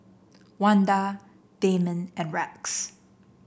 Wanda Damon and Rex